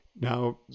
Now